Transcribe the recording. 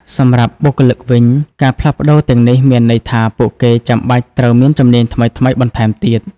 សម្រាប់បុគ្គលិកវិញ ការផ្លាស់ប្តូរទាំងនេះមានន័យថាពួកគេចាំបាច់ត្រូវមានជំនាញថ្មីៗបន្ថែមទៀត។